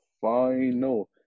final